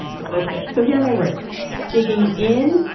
it's ok so here are my words digging in,